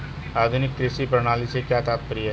आधुनिक कृषि प्रणाली से क्या तात्पर्य है?